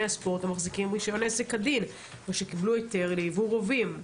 הספורט המחזיקים רישיון עסק כדין או שקיבלו היתר לייבוא רובים.